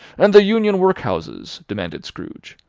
and the union workhouses? demanded scrooge.